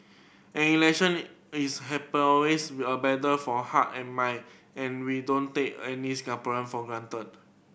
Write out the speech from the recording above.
an election is happen always with a battle for heart and mind and we don't take any Singaporean for granted